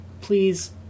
please